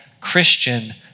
Christian